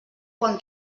quan